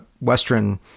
Western